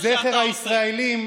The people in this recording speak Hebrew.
נרכין היום ראש היום לזכר הישראלים,